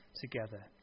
together